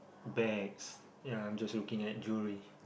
bags ya I'm just looking at jewellery